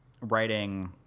writing